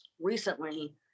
recently